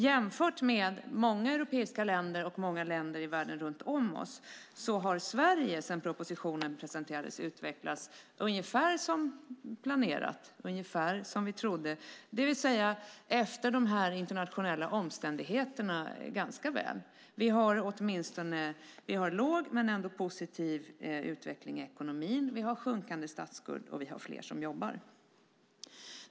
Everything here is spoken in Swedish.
Jämfört med många europeiska länder och många länder i världen runt om oss har Sverige sedan propositionen presenterades utvecklats ungefär som planerat, ungefär som vi trodde, det vill säga ganska väl med tanke på de internationella omständigheterna. Vi har låg men ändå positiv utveckling i ekonomin. Vi har sjunkande statsskuld, och vi har fler som jobbar.